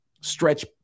stretch